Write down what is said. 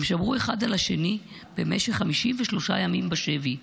הם שמרו אחד על השני במשך 53 ימים בשבי.